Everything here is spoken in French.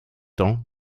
temps